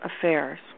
affairs